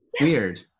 weird